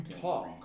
talk